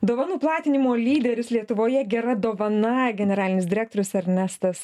dovanų platinimo lyderis lietuvoje gera dovana generalinis direktorius ernestas